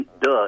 duh